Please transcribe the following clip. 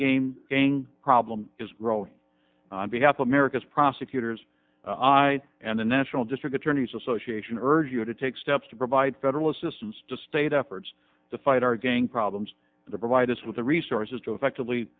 game going problem is rolling on behalf of america's prosecutors and the national district attorneys association urge you to take steps to provide federal assistance to state efforts to fight our gang problems the provide us with the resources to effectively